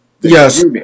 Yes